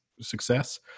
success